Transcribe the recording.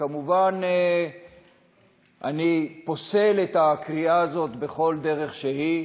כמובן, אני פוסל את הקריאה הזאת בכל דרך שהיא.